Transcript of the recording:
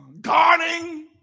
guarding